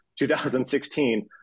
2016